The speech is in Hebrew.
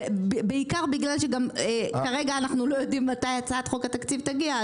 בעיקר בגלל שכרגע אנחנו לא יודעים מתי הצעת חוק התקציב תגיע.